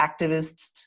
activists